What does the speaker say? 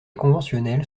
conventionnels